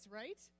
right